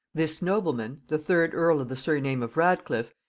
this nobleman, the third earl of the surname of radcliffe,